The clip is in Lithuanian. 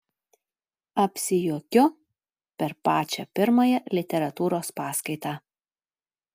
apsijuokiu per pačią pirmąją literatūros paskaitą